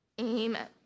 amen